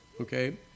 okay